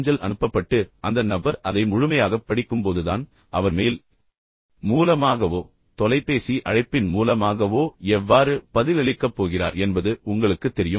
அஞ்சல் அனுப்பப்பட்டு அந்த நபர் அதை முழுமையாகப் படிக்கும்போதுதான் அந்த நபர் மற்றொரு மெயில் மூலமாகவோ அல்லது மற்றொரு தொலைபேசி அழைப்பின் மூலமாகவோ எவ்வாறு பதிலளிக்கப் போகிறார் என்பது உங்களுக்குத் தெரியும்